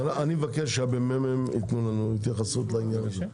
אבקש שהממ"מ ייתנו לנו התייחסות לעניין הזה.